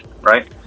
right